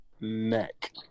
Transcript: neck